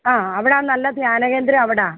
ആഹ് അവിടാണ് നല്ല ധ്യാനകേന്ദ്രം അവിടാണ്